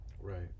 Right